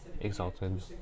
exalted